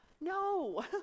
No